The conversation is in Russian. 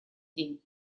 день